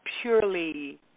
purely